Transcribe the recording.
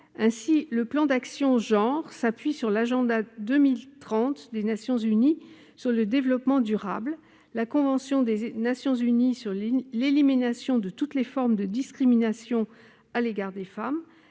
Ainsi, il s'appuie sur l'Agenda 2030 des Nations unies sur le développement durable, la convention des Nations unies sur l'élimination de toutes les formes de discrimination à l'égard des femmes,